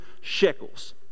shekels